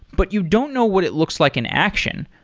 but you don't know what it looks like in action,